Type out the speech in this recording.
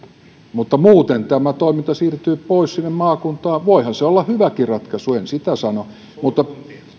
mutta muuten toiminta siirtyy pois maakuntaan voihan se olla hyväkin ratkaisu en sitä sano mutta